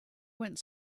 went